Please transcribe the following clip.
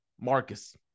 Marcus